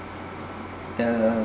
the